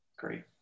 great